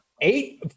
Eight